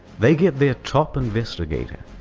they get their top investigator.